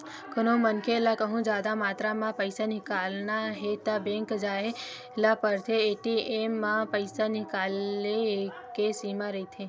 कोनो मनखे ल कहूँ जादा मातरा म पइसा निकालना हे त बेंक जाए ल परथे, ए.टी.एम म पइसा निकाले के सीमा रहिथे